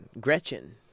Gretchen